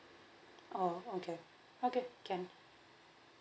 oh okay okay can